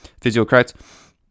physiocrats